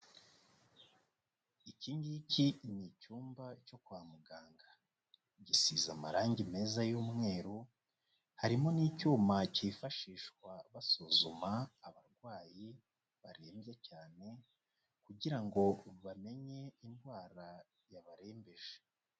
Iki ngiki ni icyumba cyo kwa muganga. Gisize amarangi meza y'umweru. Harimo n'icyuma cyifashishwa basuzuma abarwayi barembye cyane, kugira ngo bamenye indwara yabarembeje.